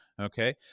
Okay